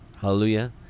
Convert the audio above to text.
Hallelujah